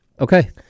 Okay